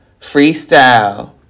freestyle